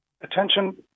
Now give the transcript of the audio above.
attention